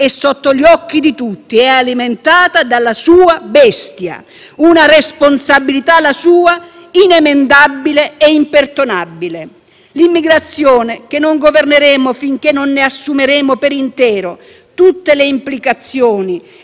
inemendabile e imperdonabile. L'immigrazione - che non governeremo, finché non ne assumeremo per intero tutte le implicazioni e non saremo capaci di ridiscutere i rapporti di scambio - non è una questione di ordine pubblico